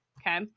Okay